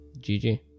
GG